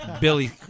Billy